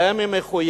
והיום היא מחויבת,